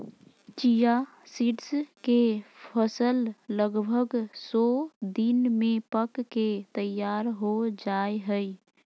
chia seeds के फसल लगभग सो दिन में पक के तैयार हो जाय हइ